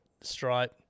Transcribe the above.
Stripe